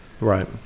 Right